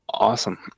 Awesome